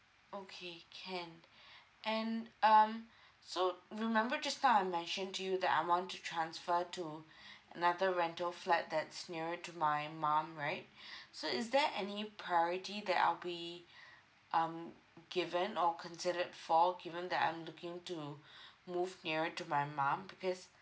okay can and um so remember just now I mentioned to you that I want to transfer to another rental flat that's nearer to my mum right so is there any priority that I'll be um given or considered for given that I'm looking to move nearer to my mum because